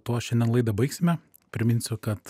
tuo šiandien laidą baigsime priminsiu kad